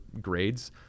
grades